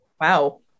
wow